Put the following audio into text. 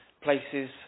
places